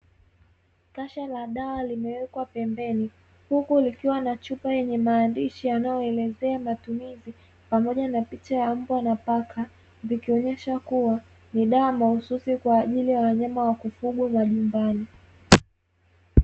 Kasha la dawa limewekwa pembeni, huku likiwa na chupa yenye maandishi yanayoelezea matumizi pamoja na picha ya mbwa na paka, vikionyesha kuwa ni dawa mahususi kwa ajili ya wanyama wa kufugwa majumbani.